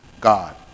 God